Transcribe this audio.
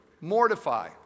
mortify